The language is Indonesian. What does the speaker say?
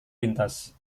lintas